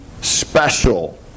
special